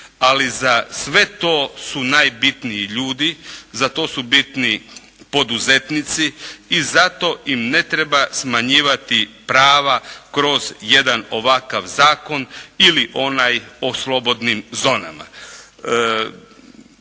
ali za sve to su najbitniji ljudi, za to su bitni poduzetnici i zato im ne treba smanjivati prava kroz jedan ovakav zakon ili onaj o slobodnim zonama.